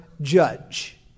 judge